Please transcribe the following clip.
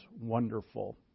wonderful